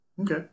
Okay